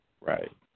Right